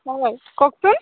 হয় কওকচোন